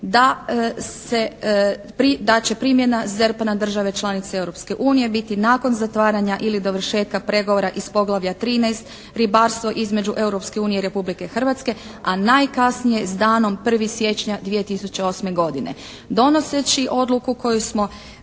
da će primjena ZERP-a na države članice Europske unije biti nakon zatvaranja ili dovršetka pregovora iz poglavlja 13. Ribarstvo između Europske unije i Republike Hrvatske, a najkasnije s danom 1. siječnja 2008. godine. Donoseći odluku koju smo